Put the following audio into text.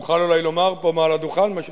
אוכל, אולי, לומר פה, מעל הדוכן, מה שסיכמנו.